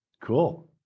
Cool